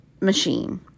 machine